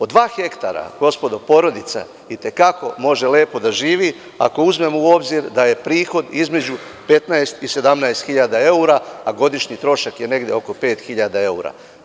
Od dva hektara, gospodo, porodica i te kako može lepo da živi, ako uzmemo u obzir da je prihod između 15 i 17 hiljada evra, a godišnji trošak je negde oko pet hiljada evra.